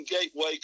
Gateway